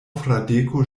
fradeko